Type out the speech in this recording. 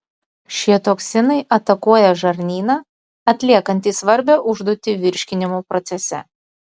šie toksinai atakuoja žarnyną atliekantį svarbią užduotį virškinimo procese